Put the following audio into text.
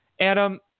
Adam